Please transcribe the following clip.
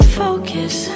focus